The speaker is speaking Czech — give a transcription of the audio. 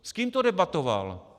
S kým to debatoval?